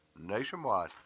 nationwide